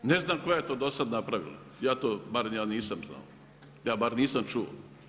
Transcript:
Ne znam koja je to do sada napravio, ja to barem nisam znao, ja bar nisam čuo.